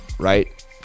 right